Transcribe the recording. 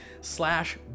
slash